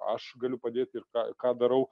aš galiu padėti ir ką ką darau